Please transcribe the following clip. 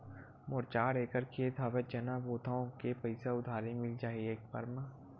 मोर चार एकड़ खेत हवे चना बोथव के पईसा उधारी मिल जाही एक बार मा?